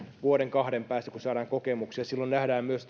vuoden kahden päästä kun saadaan kokemuksia ja silloin nähdään myös